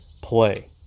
play